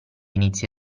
inizia